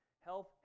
health